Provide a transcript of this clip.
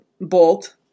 bolt